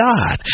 God